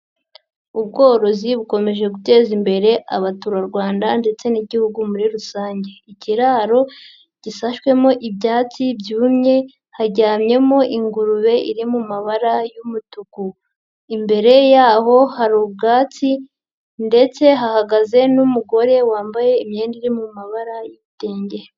Ubworozi bukomeje guteza imbere abaturarwanda ndetse n'Igihugu muri rusange. Ikiraro gisashwemo ibyatsi byumye, haryamyemo ingurube iri mu mabara y'umutuku. Imbere yaho hari ubwatsi ndetse hahagaze n'umugore wambaye imyenda iri mu mabara y'ibitenge.